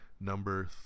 Number